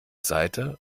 seite